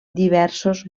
diversos